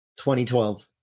2012